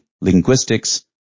linguistics